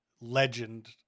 legend